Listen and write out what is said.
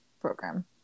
program